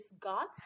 got